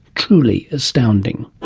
truly astounding.